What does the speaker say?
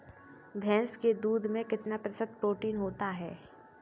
भैंस के दूध में कितना प्रतिशत प्रोटीन होता है?